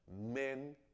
Men